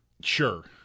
Sure